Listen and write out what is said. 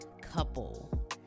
couple